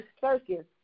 circus